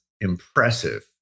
impressive